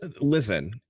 listen